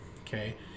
Okay